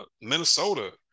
Minnesota